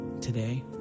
Today